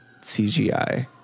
CGI